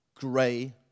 gray